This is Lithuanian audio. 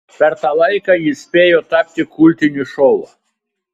per tą laiką jis spėjo tapti kultiniu šou